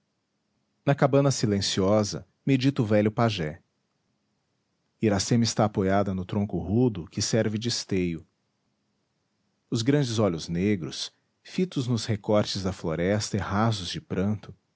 na cabana silenciosa medita o velho pajé iracema está apoiada no tronco rudo que serve de esteio os grandes olhos negros fitos nos recortes da floresta e rasos de pranto